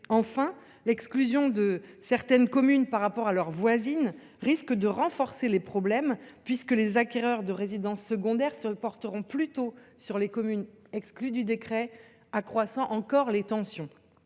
Enfin, l’exclusion de certaines communes du dispositif risque de renforcer les problèmes, puisque les acquéreurs de résidences secondaires se porteront plutôt sur les communes exclues du décret que sur les autres, accroissant encore la tension.